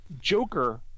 Joker